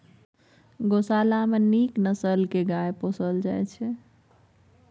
गोशाला मे नीक नसल के गाय पोसल जाइ छइ